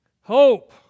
Hope